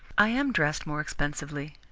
i am dressed more expensively,